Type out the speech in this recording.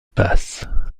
passes